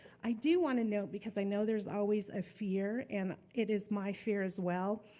i do wanna note, because i know there's always a fear and it is my fear as well,